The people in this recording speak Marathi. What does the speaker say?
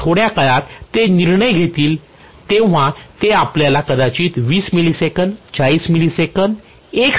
त्या थोड्या काळात ते निर्णय घेतील तेव्हा ते आपल्याला कदाचित 20 मिलिसेकंद 40 मिली सेकंद 1 सेकंद जे काही सांगतील ते सांगतील